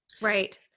Right